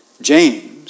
James